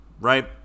right